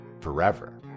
forever